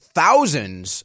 thousands